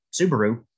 subaru